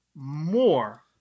More